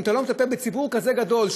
אם אתה לא מטפל בציבור כזה גדול,